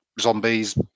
zombies